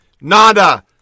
Nada